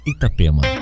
Itapema